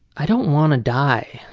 i don't want to die.